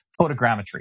photogrammetry